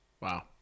Wow